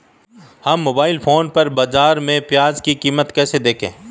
हम mobile phone पर बाज़ार में प्याज़ की कीमत कैसे देखें?